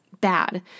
bad